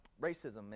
racism